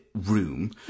room